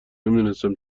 نمیدونستم